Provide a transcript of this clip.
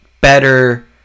better